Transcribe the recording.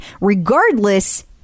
Regardless